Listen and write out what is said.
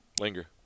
linger